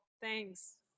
thanks